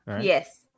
Yes